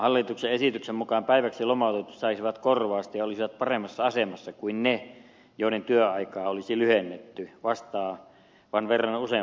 hallituksen esityksen mukaan päiväksi lomautetut saisivat korvausta ja olisivat paremmassa asemassa kuin ne joiden työaikaa olisi lyhennetty vastaavan verran useampana päivänä